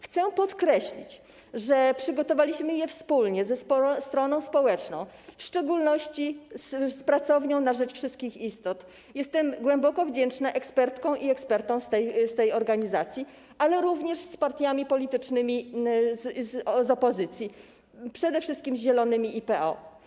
Chcę podkreślić, że przygotowaliśmy je wspólnie ze stroną społeczną, w szczególności z Pracownią na rzecz Wszystkich Istot - jestem głęboko wdzięczna ekspertkom i ekspertom z tej organizacji - ale również z partiami politycznymi z opozycji, przede wszystkim z Zielonymi i PO.